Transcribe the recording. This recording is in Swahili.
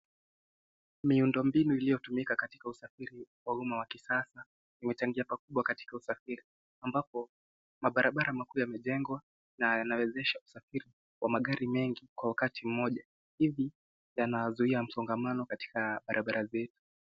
Miundombinu iliyotumika katika usafiri wa umma wa kisasa, umechangia pakubwa katika usafiri ambapo, mabarabara makuu yamejengwa na yanawezesha usafiri wa magari mengi kwa wakati mmoja. Hivi yanazuia msongamano katika barabara zetu.